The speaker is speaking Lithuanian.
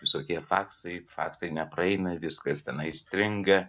visokie faksai faksai nepraeina viskas tenai stringa